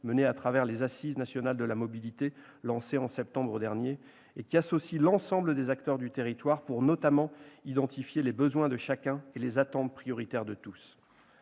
mené au travers des assises nationales de la mobilité lancées en septembre dernier et qui associent l'ensemble des acteurs du territoire pour, notamment, identifier les besoins de chacun et les attentes prioritaires de tous.